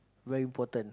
very important